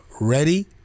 Ready